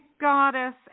goddess